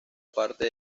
parte